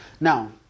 Now